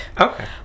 Okay